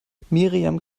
miriam